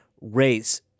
race